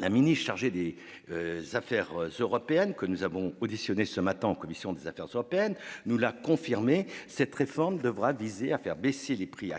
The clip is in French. d'État chargée des affaires européennes, que nous avons auditionnée ce matin en commission des affaires européennes, nous l'a confirmé : cette réforme tendra à faire baisser les prix